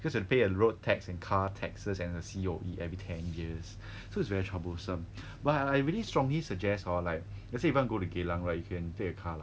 cause you pay the road tax and car taxes and the C_O_E every ten years so it's very troublesome but I really strongly suggest hor like let's say you want go to geylang right you can take a car lah